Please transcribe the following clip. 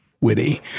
witty